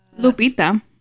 Lupita